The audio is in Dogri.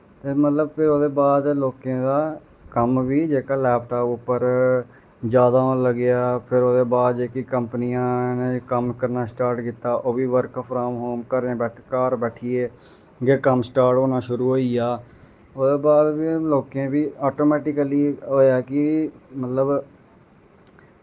ते मतलब फिर ओह्दे बाद लोकें दा कम्म बी जेह्का लैपटाप उप्पर जादा होन लग्गेआ फिर ओह्दे बाद जेह्कियां कंपनियां न कम्म करना स्टार्ट कीता ओह् बी वर्क फ्राम होम घर बैठियै गै कम्म स्टार्ट होना शुरू होई गेआ ओह्दे बाद फ्ही लोकें गी ऐटोमैटिकली होएआ कि मतलब